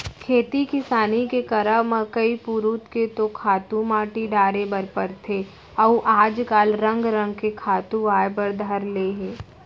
खेती किसानी के करब म कई पुरूत के तो खातू माटी डारे बर परथे अउ आज काल रंग रंग के खातू आय बर धर ले हे